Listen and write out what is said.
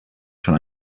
schon